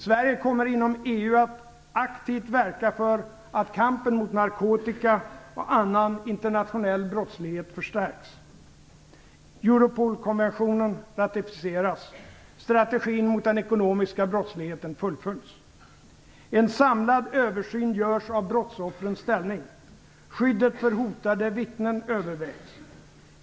Sverige kommer inom EU att aktivt verka för att kampen mot narkotika och annan internationell brottslighet förstärks. Europolkonventionen ratificeras. Strategin mot den ekonomiska brottsligheten fullföljs. En samlad översyn görs av brottsoffrens ställning. Skyddet för hotade vittnen övervägs.